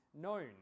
known